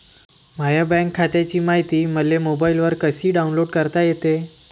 माह्या बँक खात्याची मायती मले मोबाईलवर कसी डाऊनलोड करता येते?